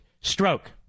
stroke